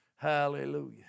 Hallelujah